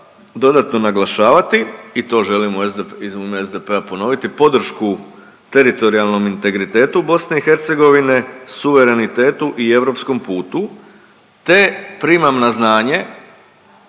dodatno naglašavati i to želimo u .../nerazumljivo/... u ime SDP-a ponoviti, podršku teritorijalnom integritetu BiH, suverenitetu i europskom putu te primam na znanje